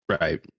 right